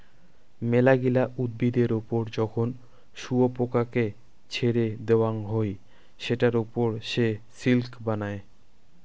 মেলাগিলা উদ্ভিদের ওপর যখন শুয়োপোকাকে ছেড়ে দেওয়াঙ হই সেটার ওপর সে সিল্ক বানায়